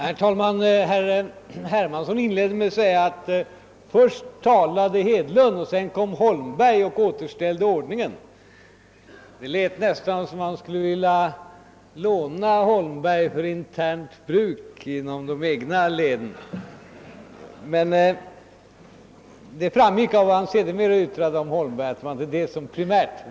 Herr talman! Herr Hermansson inledde med att säga att först talade herr Hedlund och sedan kom herr Holmberg och återställde ordningen. Det lät nästan som om han skulle vilja låna herr Holmberg för internt bruk inom de egna leden. Men det framgick av vad han sedan yttrade om herr Holmberg att detta inte var avsikten primärt.